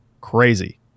crazy